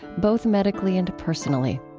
both medically and personally